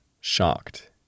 shocked